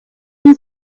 you